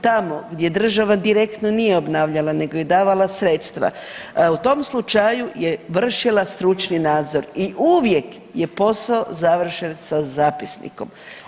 Tamo gdje država direktno nije obnavljala nego je davala sredstva, u tom slučaju je vršila stručni nadzor i uvijek je posao završen sa zapisnikom.